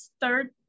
third